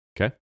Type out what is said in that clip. Okay